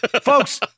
Folks